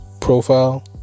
profile